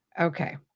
Okay